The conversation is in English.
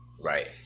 right